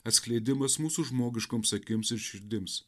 atskleidimas mūsų žmogiškoms akims ir širdims